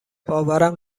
باورم